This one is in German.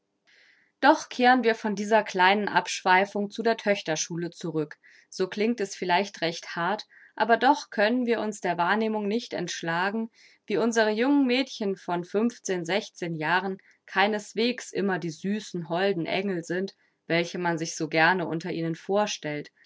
doch kehren wir von dieser kleinen abschweifung zu der töchterschule zurück so klingt es vielleicht recht hart aber doch können wir uns der wahrnehmung nicht entschlagen wie unsere jungen mädchen von jahren keineswegs immer die süßen holden engel sind welche man sich so gerne unter ihnen vorstellt